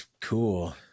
cool